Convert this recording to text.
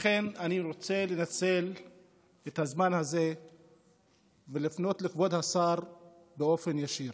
לכן אני רוצה לנצל את הזמן הזה ולפנות לכבוד השר באופן ישיר.